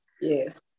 Yes